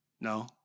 No